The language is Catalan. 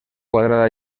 quadrada